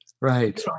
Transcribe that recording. Right